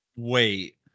Wait